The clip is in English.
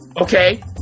Okay